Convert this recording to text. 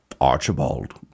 Archibald